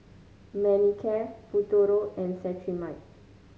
Manicare Futuro and Cetrimide